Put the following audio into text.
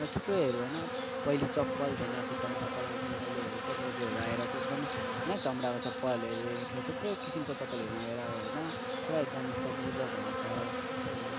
र थुप्रैहरू होइन पहिले चप्पल थिएन खुट्टामा चप्पल लगाउँथिएनन् अहिलेहरू टेक्नोलोजीहरू आएर एकदम न चमडाको चप्पलहरू के थुप्रै किसिमको चप्पलहरू आएर होइन प्रायः एकदम सजिलो भएको छ थुप्रैहरू